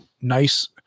nice